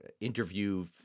interview